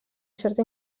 certa